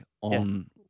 on